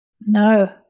No